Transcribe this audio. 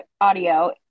audio